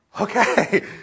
okay